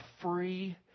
free